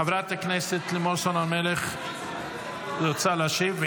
חברת הכנסת לימור סון הר מלך רצתה להשיב.